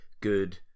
Good